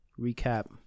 recap